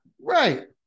Right